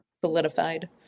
solidified